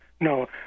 No